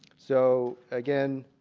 so again,